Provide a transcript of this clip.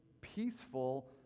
peaceful